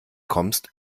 kommst